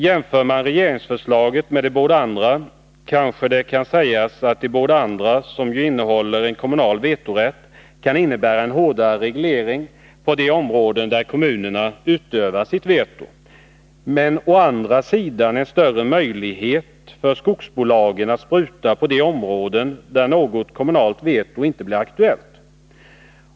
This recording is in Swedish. Jämför man regeringsförslaget med de båda andra kanske det kan sägas att dessa, som ju innehåller en kommunal vetorätt, kan innebära en hårdare reglering på de områden där kommunerna utövar sitt veto, men å andra sidan en större möjlighet för skogsbolagen att spruta på de områden där något kommunalt veto inte blir aktuellt.